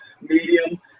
medium